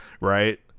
right